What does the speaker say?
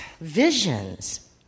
visions